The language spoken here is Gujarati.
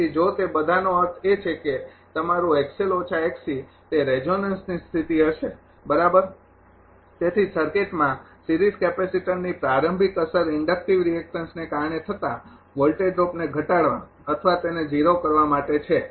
તેથી જો તે બધાંનો અર્થ એ છે કે તમારુ તે રેઝોનન્સની સ્થિતિ હશે બરાબર તેથી સર્કિટમાં સિરીઝ કેપેસિટરની પ્રારંભિક અસર ઇન્ડકટિવ રિએકટન્સ ને કારણે થતા વોલ્ટેજ ડ્રોપને ઘટાડવા અથવા તેને ઝીરો કરવા માટે છે